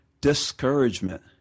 discouragement